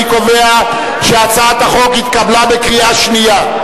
אני קובע שהצעת החוק התקבלה בקריאה שנייה.